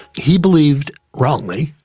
he believed, wrongly,